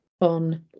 on